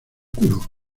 culo